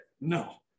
No